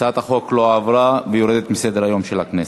הצעת החוק לא עברה והיא יורדת מסדר-היום של הכנסת.